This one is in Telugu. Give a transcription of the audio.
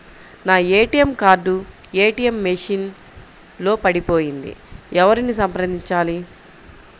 నా ఏ.టీ.ఎం కార్డు ఏ.టీ.ఎం మెషిన్ లో పడిపోయింది ఎవరిని సంప్రదించాలి?